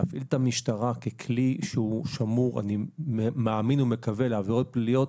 להפעיל את המשטרה ככלי ששמור לעבירות פליליות